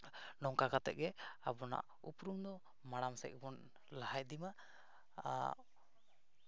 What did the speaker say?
ᱱᱚᱝᱠᱟ ᱠᱟᱛᱮᱫ ᱜᱮ ᱟᱵᱚᱱᱟᱜ ᱩᱯᱨᱩᱢ ᱫᱚ ᱢᱟᱲᱟᱝ ᱥᱮᱫ ᱵᱚᱱ ᱞᱟᱦᱟ ᱤᱫᱤ ᱢᱟ ᱟᱨ